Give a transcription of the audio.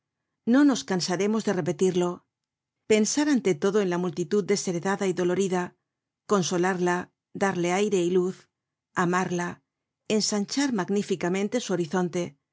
no nos cansaremos de repetirlo pensar ante todo en la multitud desheredada y dolorida consolarla darle aire y luz amarla ensanchar magníficamente su horizonte